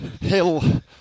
hill